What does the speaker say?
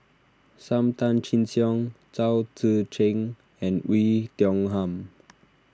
Sam Tan Chin Siong Chao Tzee Cheng and Oei Tiong Ham